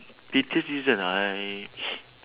pettiest reason I